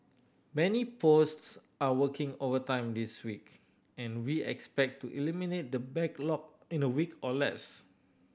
many posts are working overtime this week and we expect to eliminate the backlog in a week or less